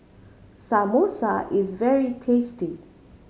samosa is very tasty